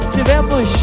Tivemos